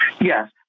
Yes